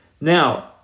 Now